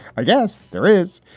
i guess there is.